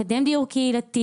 לקדם דיור קהילתי,